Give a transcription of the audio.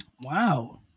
Wow